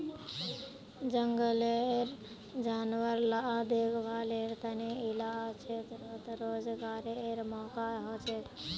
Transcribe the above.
जनगलेर जानवर ला देख्भालेर तने इला क्षेत्रोत रोज्गारेर मौक़ा होछे